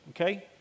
okay